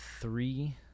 three